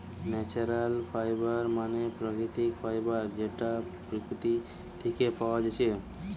natural fibre মানে প্রাকৃতিক fibre যেটা প্রকৃতি থিকে পায়া যাচ্ছে